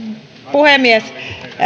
puhemies